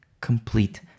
complete